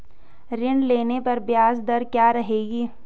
ऋण लेने पर ब्याज दर क्या रहेगी?